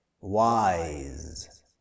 wise